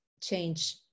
change